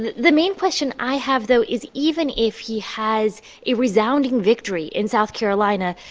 the the main question i have, though, is, even if he has a resounding victory in south carolina,